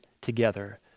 together